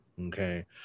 okay